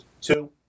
two